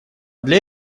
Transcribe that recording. для